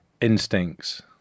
instincts